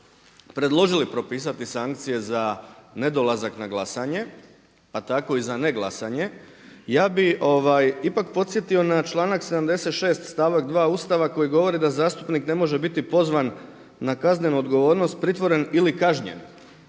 predložili propisati sankcije za nedolazak na glasanje pa tako i za ne glasanje ja bih ipak podsjetio na članak 76. stavak 2. Ustava koji govori da zastupnik ne može biti pozvan na kaznenu odgovornost, pritvoren ili kažnjen